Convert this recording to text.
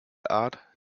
art